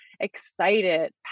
excited